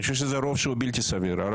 אני חושב שזה רוב שהוא בלתי סביר.